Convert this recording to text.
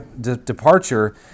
departure